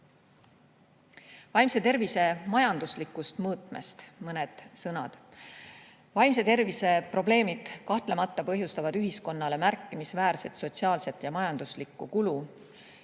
Vaimse tervise majanduslikust mõõtmest ka mõned sõnad. Vaimse tervise probleemid kahtlemata põhjustavad ühiskonnale märkimisväärset sotsiaalset ja majanduslikku kulu.